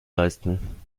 leisten